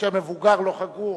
וכאשר מבוגר לא חגור,